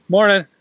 Morning